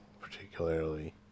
particularly